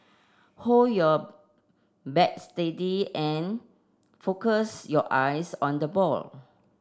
hold your bat steady and focus your eyes on the ball